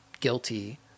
guilty